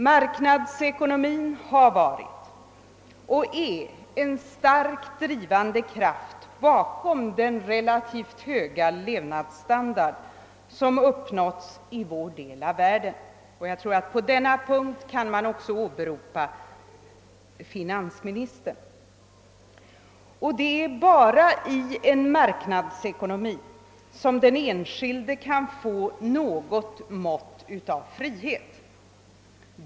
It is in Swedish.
Marknadsekonomin har varit och är en starkt drivande kraft bakom den relativt höga levnadsstandard som uppnåtts i vår del av världen. På den punkten kan man också åberopa finansministern. Det är bara i en marknadsekonomi som den enskilde kan få något mått av frihet.